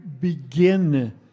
begin